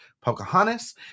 Pocahontas